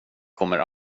kommer